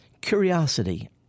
Curiosity